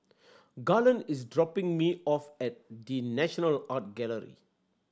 Garland is dropping me off at The National Art Gallery